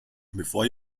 before